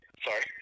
Sorry